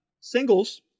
Singles